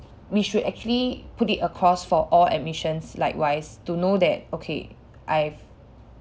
we should actually put it across for all admissions likewise to know that okay I've